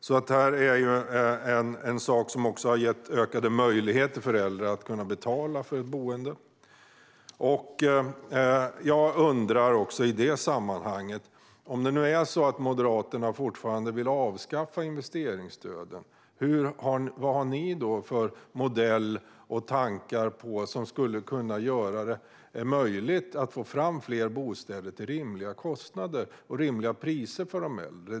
Det är också en sak som har gett ökade möjligheter för äldre att betala för ett boende. I det sammanhanget undrar jag: Om ni moderater fortfarande vill avskaffa investeringsstöden, vad har ni då för modell och tankar som skulle göra det möjligt att få fram fler bostäder till rimliga kostnader och till rimliga priser för de äldre?